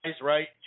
right